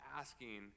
asking